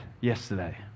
yesterday